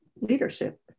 leadership